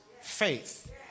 faith